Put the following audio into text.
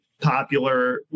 popular